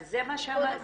אז זה מה שאמרנו,